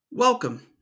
Welcome